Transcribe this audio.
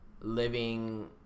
living